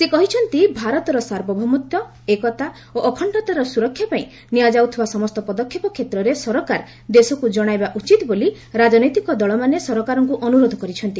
ସେ କହିଛନ୍ତି ଭାରତର ସାର୍ବଭୌମତ୍ୱ ଏକତା ଓ ଅଖଣ୍ଡତାର ସୁରକ୍ଷା ପାଇଁ ନିଆଯାଉଥିବା ସମସ୍ତ ପଦକ୍ଷେପ କ୍ଷେତ୍ରରେ ସରକାର ଦେଶକୁ ଜଣାଇବା ଉଚିତ ବୋଲି ରାଜନୈତିକ ଦଳମାନେ ସରକାରଙ୍କୁ ଅନୁରୋଧ କରିଛନ୍ତି